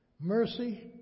mercy